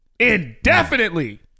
Indefinitely